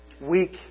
weak